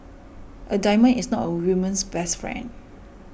a diamond is not a woman's best friend